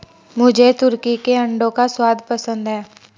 मुझे तुर्की के अंडों का स्वाद पसंद है